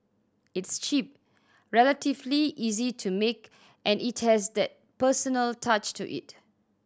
it's cheap relatively easy to make and it has that personal touch to it